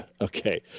okay